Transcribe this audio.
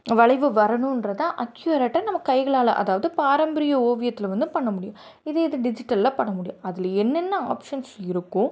வளைவு வரணுன்றத அக்யூரேட்டாக நம்ம கைகளால் அதாவது பாரம்பரிய ஓவியத்தில் வந்து பண்ண முடியும் இதே இது டிஜிட்டல்ல பண்ண முடியும் அதில் என்னென்ன ஆப்ஷன்ஸ் இருக்கும்